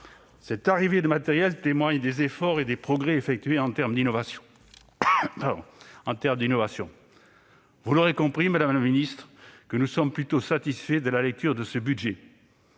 Cette arrivée de matériels témoigne des efforts et des progrès accomplis en termes d'innovation. Vous l'aurez compris, madame la ministre, nous sommes plutôt satisfaits à la lecture de ce budget.